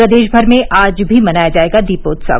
प्रदेश भर में आज भी मनाया जाएगा दीपोत्सव